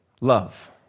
Love